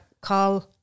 call